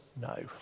no